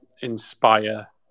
inspire